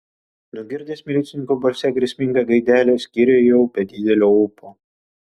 nugirdęs milicininko balse grėsmingą gaidelę į skyrių ėjau be didelio ūpo